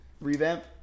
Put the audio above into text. Revamp